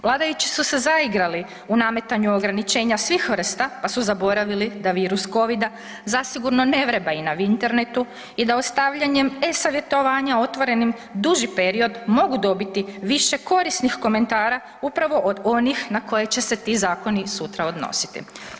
Vladajući su se zaigrali u nametanju ograničenja svih vrsta, pa su zaboravili da virus covida zasigurno ne vreba i na Vinternetu i da ostavljanjem e-savjetovanja otvorenim duži period mogu dobiti više korisnih komentara upravo od onih na koje će se ti zakoni sutra odnositi.